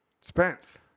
Spence